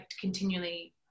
continually